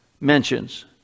mentions